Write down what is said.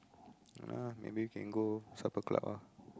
ah maybe we can go Supper Club ah